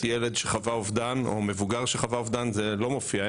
ילד שחווה אובדן או מבוגר שחווה אובדן זה לא מופיע.